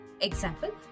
Example